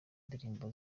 ndirimbo